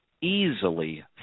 easily